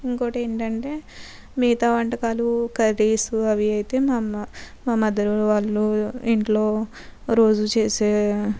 ఇంకోటి ఏంటంటే మిగతా వంటకాలు కర్రీస్ అవి అయితే మా అమ్మ మా మదర్ వాళ్ళు ఇంట్లో రోజు చేసే